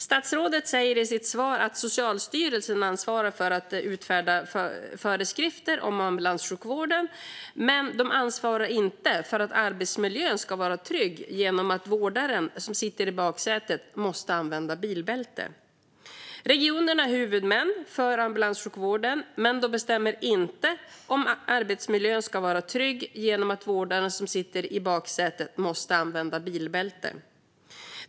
Statsrådet säger i sitt svar att Socialstyrelsen ansvarar för att utfärda föreskrifter om ambulanssjukvården, men de ansvarar inte för att arbetsmiljön ska vara trygg genom att vårdaren som sitter i baksätet måste använda bilbälte. Regionerna är huvudmän för ambulanssjukvården, men de bestämmer inte om arbetsmiljön ska vara trygg genom att vårdaren som sitter i baksätet måste använda bilbälte.